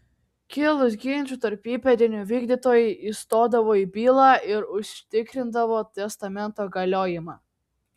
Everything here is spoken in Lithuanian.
kilus ginčui tarp įpėdinių vykdytojai įstodavo į bylą ir užtikrindavo testamento galiojimą